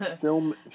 film